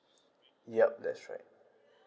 yup that's right